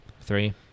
three